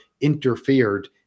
interfered